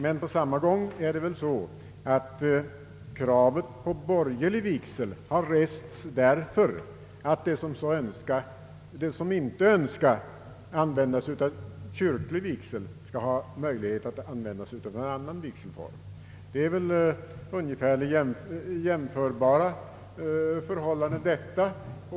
Men på samma sätt har väl kravet på borgerlig vigsel rests därför att de som inte önskar använda sig av kyrklig vigsel skall ha möjlighet att välja annan vigselform. Det är väl ungefär jämförbara förhållanden.